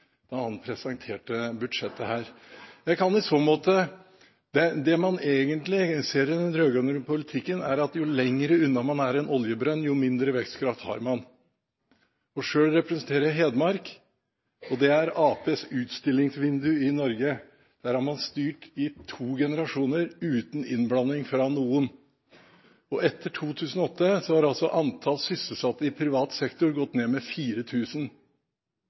da han presenterte budsjettet her. Det man egentlig ser i den rød-grønne politikken, er at jo lenger unna man er en oljebrønn, jo mindre vekstkraft har man. Selv representerer jeg Hedmark, og det er Arbeiderpartiets utstillingsvindu i Norge. Der har man styrt i to generasjoner uten innblanding fra noen. Etter 2008 har antall sysselsatte i privat sektor gått ned med